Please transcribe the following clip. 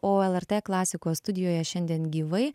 o lrt klasikos studijoje šiandien gyvai